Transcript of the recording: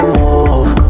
move